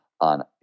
on